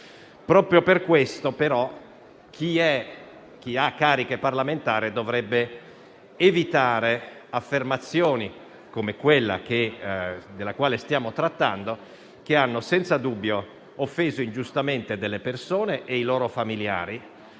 Proprio per questo, però, chi ricopre cariche parlamentari dovrebbe evitare affermazioni, come quella di cui stiamo trattando, che hanno senza dubbio offeso ingiustamente delle persone e i loro familiari.